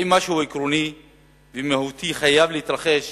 האם משהו עקרוני ומהותי חייב להתרחש